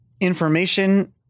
information